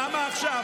למה עכשיו?